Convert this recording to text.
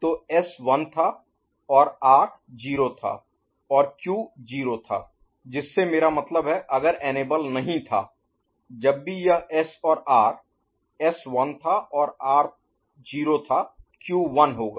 तो एस 1 था और आर 0 था और क्यू 0 था जिससे मेरा मतलब है अगर एनेबल नहीं था जब भी यह एस और आर एस 1 था और आर 0 था क्यू 1 होगा